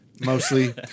mostly